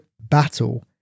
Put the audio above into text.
battle